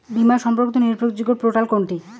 বীমা সম্পর্কিত নির্ভরযোগ্য পোর্টাল কোনটি?